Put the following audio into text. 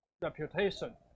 reputation